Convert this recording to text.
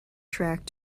track